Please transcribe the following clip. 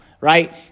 right